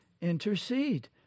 intercede